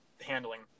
handling